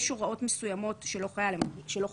יש הוראות מסוימות שלא חלות.